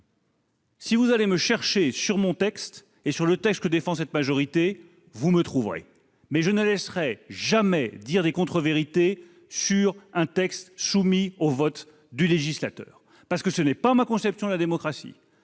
si vous me cherchez sur mon texte que défend l'actuelle majorité, vous me trouverez. Mais je ne laisserai jamais affirmer des contre-vérités sur un texte soumis au vote du législateur, parce que ce n'est pas ma conception de la démocratie.